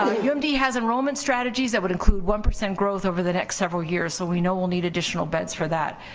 ah yeah umd has enrollment strategies that would include one percent growth over the next several years, so we know we'll need additional beds for that.